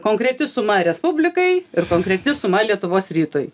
konkreti suma respublikai ir konkreti suma lietuvos rytui